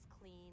clean